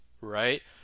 right